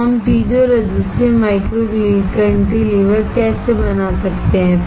तो हम piezo resistive micro cantilever कैसे बना सकते हैं